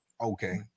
Okay